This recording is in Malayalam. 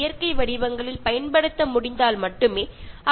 അതൊക്കെ വളരെ വാണിജ്യ വൽക്കരിക്കാതിരിക്കുമ്പോൾ മാത്രമാണ് ഇത് സാധ്യമാകുന്നത്